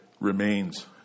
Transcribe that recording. remains